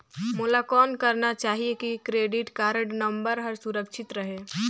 मोला कौन करना चाही की क्रेडिट कारड नम्बर हर सुरक्षित रहे?